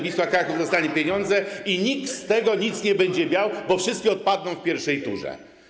Wisła Kraków dostanie pieniądze i nikt z tego nic nie będzie miał, bo wszystkie odpadną w pierwszej turze.